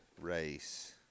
race